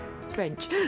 French